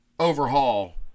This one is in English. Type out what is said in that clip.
overhaul